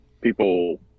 People